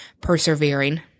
persevering